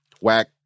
whack